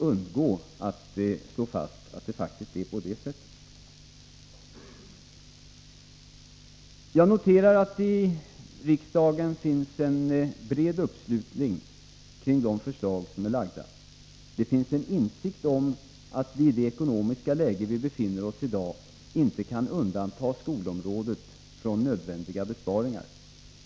Jag noterar att det i riksdagen finns en bred uppslutning kring de förslag som är framlagda. Det finns en insikt om att vi i det ekonomiska läge som vi nu befinner oss i inte kan undanta skolområdet från nödvändiga besparingar.